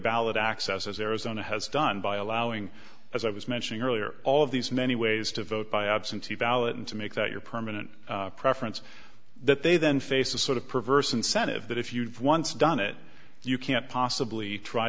ballot access as arizona has done by allowing as i was mentioning earlier all of these many ways to vote by absentee ballot and to make that your permanent preference that they then face a sort of perverse incentives but if you've once done it you can't possibly try